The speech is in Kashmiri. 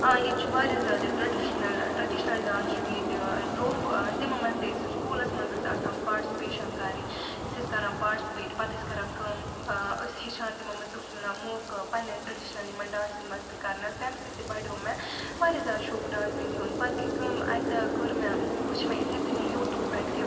آ ییٚتہِ چھُ وارِیاہ زیادٕ ٹرٛیٚڈِشنَل ٹرٛیٚڈِشنَل ڈانٕس چھُ ییٚتہِ ٲں روف ٲں تِمو مَنٛز تہِ ٲسۍ أسۍ سُکوٗلَس منٛز ٲسۍ آسان پارٹِسپیشَن کَرٕنۍ أسۍ ٲسۍ کَران پارٹسِپیٹ پَتہٕ ٲسۍ کَران کٲم ٲں ٲسۍ ہیٚچھان تِمَن مَنٛز تہِ اوٗس میلان موقعہٕ پَننیٚن ٹرٛیٚڈِشنَل یِمَن ڈانسِنٛگ مَنٛز تہِ کَرنَس تَمہِ سۭتۍ تہِ بَڑیو مےٚ وارِیاہ زیادٕ شوق ڈانسِنٛگ ہُنٛد پَتہٕ گٔے کٲم اَکہِ دۄہ کٔر مےٚ وُچھ مےٚ یِتھَے کٔنی یوٗٹیوٗب پٮ۪ٹھ کہِ